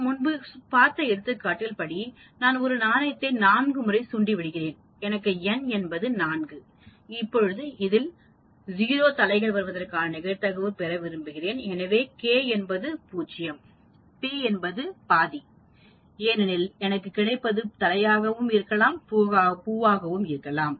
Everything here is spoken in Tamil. நாம் முன்பு பார்த்த எடுத்துக்காட்டின் படி நான் ஒரு நாணயத்தை நான்கு முறை சுண்டி விடுகிறேன் எனவே n என்பது 4 இப்பொழுது அதில் 0 தலைகள் வருவதற்கான நிகழ்தகவு பெற விரும்புகிறேன் எனவே k என்பது 0 p என்பது பாதி ½ ஏனெனில் எனக்கு கிடைப்பது தலையாகவும் இருக்கலாம் பூ ஆகவும் இருக்கலாம்